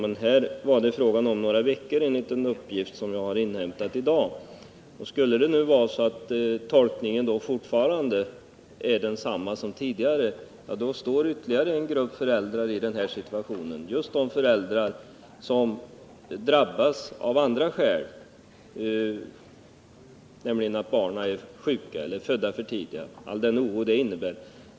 Men här var det fråga om några veckor, enligt den uppgift som jag har inhämtat i dag. Skulle det nu vara så att tolkningen fortfarande är densamma som tidigare så står ytterligare en grupp föräldrar i denna situation — just de föräldrar som drabbas av andra skäl, t.ex. att barnen är sjuka eller födda för tidigt, med all den oro det innebär.